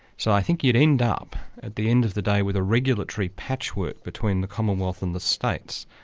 so i think you'd end up at the end of the day with a regulatory patchwork between the commonwealth and the states,